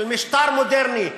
של משטר מודרני,